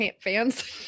fans